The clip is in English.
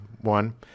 one